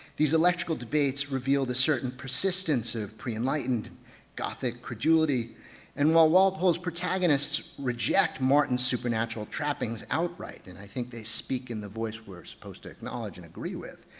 these electrical debates revealed a certain persistence of pre enlightened gothic credulity and while walpole's protagonists reject martin's martin's supernatural trappings outright and i think they speak in the voice we're supposed to acknowledge and agree with,